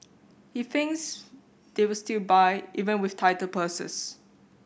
he thinks they will still buy even with tighter purses